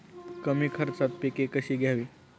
कमी खर्चात पिके कशी घ्यावी?